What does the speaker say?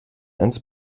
ins